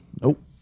Nope